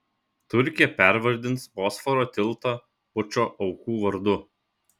turkija pervardins bosforo tiltą pučo aukų vardu